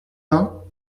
vingt